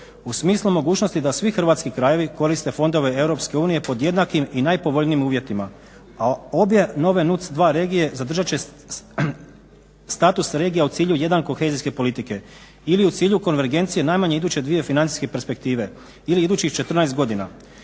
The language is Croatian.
U smislu mogućnosti da svi hrvatski krajevi koriste fondove EU pod jednakim i najpovoljnijim uvjetima. A obje nove NUCS 2 regije zadržat će status regija u cilju jedan kohezijske politike. Ili u cilju konvergencije najmanje iduće dvije financijske perspektive ili idućih 14 godina.